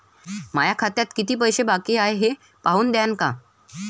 माया खात्यात कितीक पैसे बाकी हाय हे पाहून द्यान का?